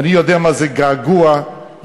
ואני יודע מה זה געגוע למשפחה.